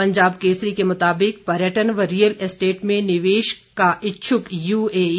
पंजाब केसरी के मुताबिक पर्यटन व रियल एस्टेट में निवेश का इच्छुक यूएई